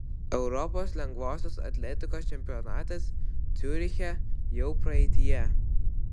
europos lengvosios atletikos čempionatas ciuriche jau praeityje